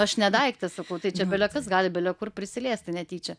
aš ne daiktas sakau tai čia belekas gali belekur prisiliesti netyčia